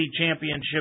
championship